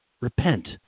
repent